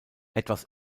etwas